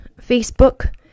Facebook